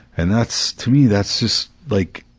and that's, to me that's just, like,